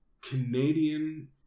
Canadian